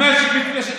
המשק מתאושש במהירות.